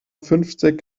fünfzig